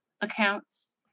accounts